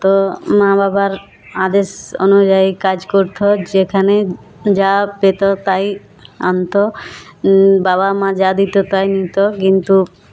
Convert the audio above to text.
তো মা বাবার আদেশ অনুযায়ী কাজ করতো যেখানে যা পেতো তাই আনতো বাবা মা যা দিতো তাই নিতো কিন্তু